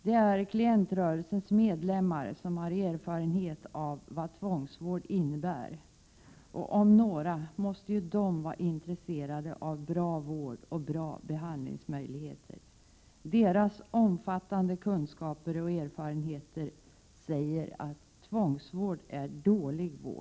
Det är klientrörelsens medlemmar som har erfarenhet av vad tvångsvård innebär, och om några måste ju de vara intresserade av bra vård och bra behandlingsmöjligheter. Deras omfattande kunskaper och erfarenheter säger att tvångsvård är dålig vård.